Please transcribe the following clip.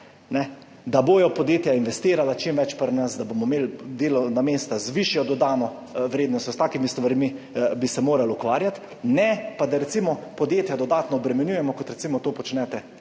da bodo podjetja investirala čim več pri nas, da bomo imeli delovna mesta z višjo dodano vrednostjo, s takimi stvarmi bi se morali ukvarjati, ne pa da recimo podjetja dodatno obremenjujemo, kot recimo to počnete v Levici.